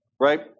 right